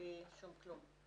בלי שום כלום.